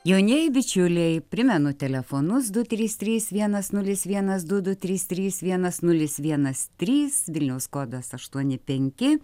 jaunieji bičiuliai primenu telefonus du trys trys vienas nulis vienas du du trys trys vienas nulis vienas trys vilniaus kodas aštuoni penki